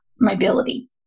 mobility